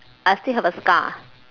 I still have a scar